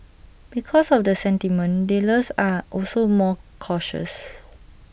because of the sentiment dealers are also more cautious